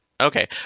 okay